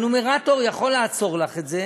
הנומרטור יכול לעצור לך את זה